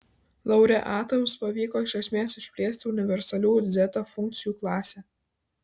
laureatams pavyko iš esmės išplėsti universalių dzeta funkcijų klasę